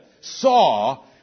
Saw